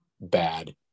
bad